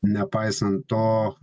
nepaisant to